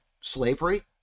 slavery